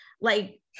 like-